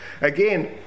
again